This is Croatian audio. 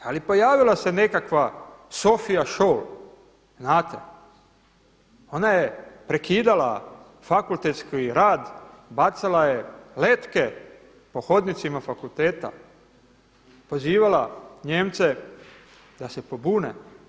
Ali pojavila se nekakva Sophia Scholl znate ona je prekidala fakultetski rad, bacala je letke po hodnicima fakulteta, pozivala Nijemce da se pobune.